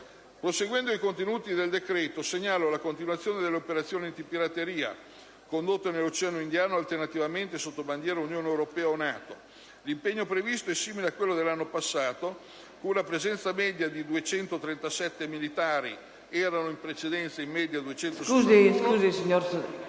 Proseguendo con i contenuti del decreto, segnalo la continuazione delle operazioni antipirateria, condotte nell'Oceano indiano alternativamente sotto la bandiera dell'Unione europea o della NATO. L'impegno previsto è simile a quello dell'anno passato, con una presenza media di 237 militari (erano in media 261) e una